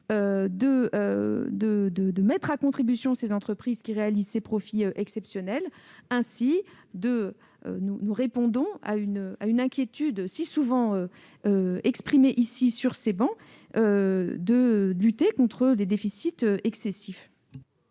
mettre à contribution les entreprises qui dégagent ces profits exceptionnels. Ainsi, nous répondrons à une inquiétude très souvent exprimée sur ces travées en luttant contre les déficits excessifs